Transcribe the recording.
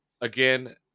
again